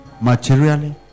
materially